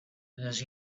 because